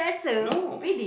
no